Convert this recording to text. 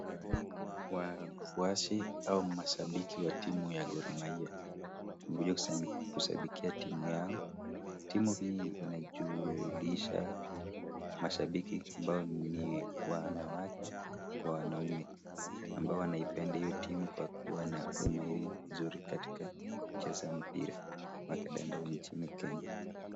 Wafuasi au mashabiki wa timu ya Gor Mahia, wamekuja kushabikia timu yao. Timu hii inajulisha, mashabiki ambao ni wanawake kwa wanaume ,ambao wanaipenda hio timu kwa kuwa na umairi mzuri katika kucheza mpira wa kandanda nchini Kenya.